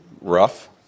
rough